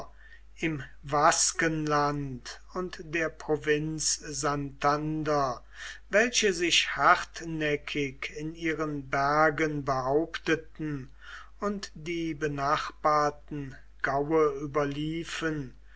im vaskenland und der provinz santander welche sich hartnäckig in ihren bergen behaupteten und die benachbarten gaue überliefen